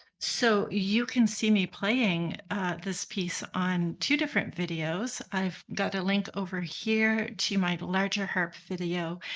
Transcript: so you can see me playing this piece on two different videos. i've got a link over here to my larger harp video,